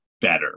better